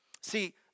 See